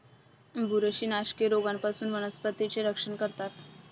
बुरशीनाशके रोगांपासून वनस्पतींचे संरक्षण करतात